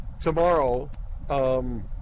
tomorrow